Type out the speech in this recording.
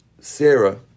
Sarah